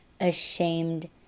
ashamed